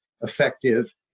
Effective